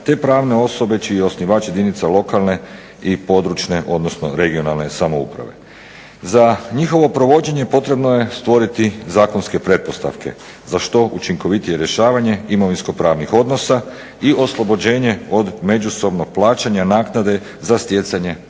te pravne osobe čiji je osnivač jedinica lokalne i područne odnosno regionalne samouprave. Za njihovo provođenje potrebno je stvoriti zakonske pretpostavke za što učinkovitije rješavanje imovinsko-pravnih odnosa i oslobođenje od međusobnog plaćanja naknade za stjecanje prava